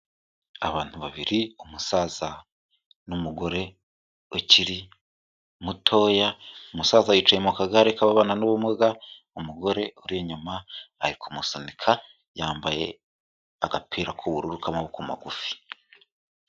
Abantu babiri: Umusaza n'umugore ukiri mutoya, umusaza yicaye mu kagare k'ababana n'ubumuga, umugore uri inyuma ari kumusunika, yambaye agapira k'ubururu k'amaboko magufi.